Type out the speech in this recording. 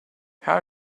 how